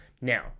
Now